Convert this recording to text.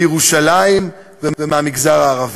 מירושלים ומהמגזר הערבי.